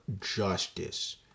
justice